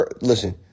Listen